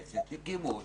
הם הקימו אותה.